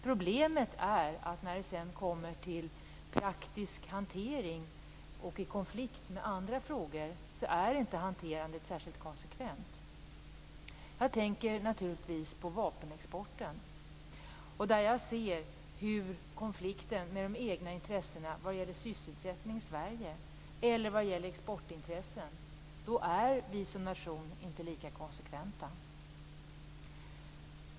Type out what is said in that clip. Problemet är att när det kommer till praktisk hantering och i konflikt med andra frågor är inte hanterandet särskilt konsekvent. Jag tänker naturligtvis på vapenexporten. När det blir konflikter med de egna intressena av sysselsättning i Sverige eller med exportintressen är vi som nation inte lika konsekventa.